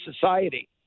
society